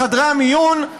בחדרי המיון.